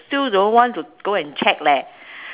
still don't want to go and check leh